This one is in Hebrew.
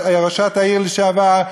ראשת העיר לשעבר,